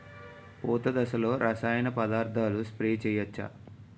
పూత దశలో రసాయన పదార్థాలు స్ప్రే చేయచ్చ?